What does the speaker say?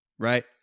right